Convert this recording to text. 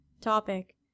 Topic